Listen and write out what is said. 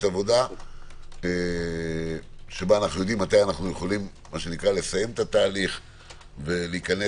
עבודה שבה אנו יודעים מתי נוכל לסיים את התהליך ולהיכנס